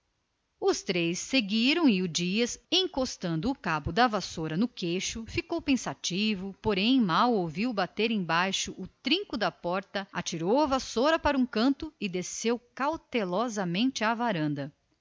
três saíram e o dias encostando no queixo o cabo da vassoura ficou pensativo mal ouviu porém bater embaixo o trinco da porta da rua atirou a vassoura para um canto e desceu cautelosamente à varanda